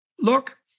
look